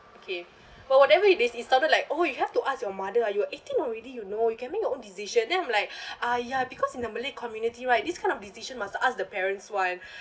okay but whatever it is he started like oh you have to ask your mother ah you're eighteen already you know you can make your own decision then I'm like ah ya because in the malay community right this kind of decision must ask the parents [one]